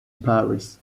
paris